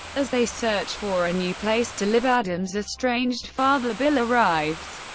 as they search for a new place to live, adam's estranged father, bill, arrives.